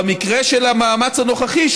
במקרה של המאמץ הנוכחי,